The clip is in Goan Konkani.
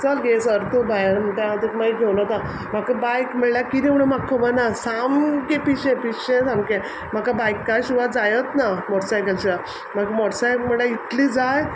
चल गे सर तूं भायर म्हणटा तेक माई घेवन वता म्हाका बायक म्हळ्ळ्या किदें म्हुणू म्हाक खबर ना सामकें पिशें पिशें सामकें म्हाका बायका शिवा जायत ना मॉटरसायकल शिवा म्हाक मॉटरसायकल म्हळ्ळ्या इतली जाय